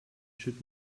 should